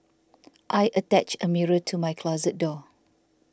I attached a mirror to my closet door